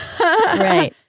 Right